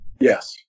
Yes